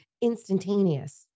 instantaneous